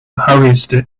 harvest